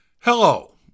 Hello